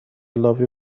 لابی